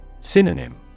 Synonym